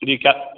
जी क्या